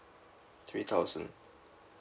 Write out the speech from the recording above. three thousand